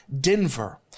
Denver